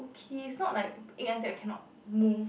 okay it's not like ache until I cannot move